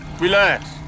Relax